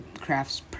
crafts